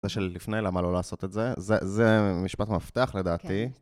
זה של לפני למה לא לעשות את זה? זה משפט מפתח לדעתי.